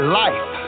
life